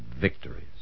victories